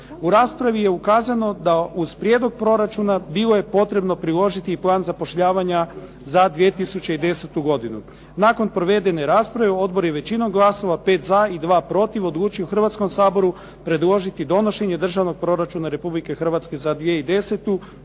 U raspravi je ukazano da uz prijedlog proračuna bilo je potrebno priložiti i plan zapošljavanja za 2010. godinu. Nakon provedene rasprave odbor je većinom glasova 5 za i 2 protiv odlučio Hrvatskom saboru predložiti donošenje Državnog proračuna Republike Hrvatske za 2010. i